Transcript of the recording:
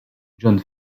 john